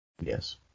Yes